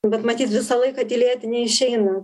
bet matyt visą laiką tylėti neišeina